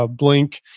ah blink,